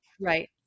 Right